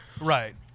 Right